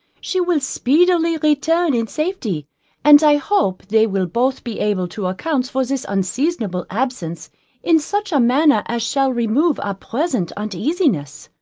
she will speedily return in safety and i hope they will both be able to account for this unseasonable absence in such a manner as shall remove our present uneasiness.